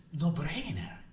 no-brainer